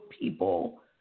people